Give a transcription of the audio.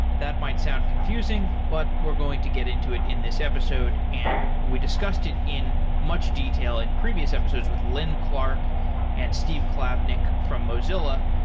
that might sound confusing, but we're going to get into it in this episode, and we discussed it in much detail in previous episodes with lin clark and steve klabnik from mozilla,